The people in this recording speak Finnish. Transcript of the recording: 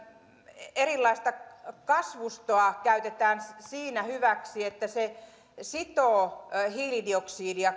erilaista kasvustoa käytetään siinä hyväksi että se sitoo hiilidioksidia